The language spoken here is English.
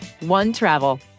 OneTravel